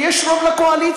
כי יש רוב לקואליציה.